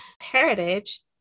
Heritage